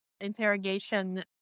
interrogation